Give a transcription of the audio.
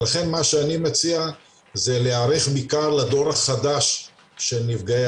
לכן מה שאני מציע זה להיערך בעיקר לדור החדש של נפגעי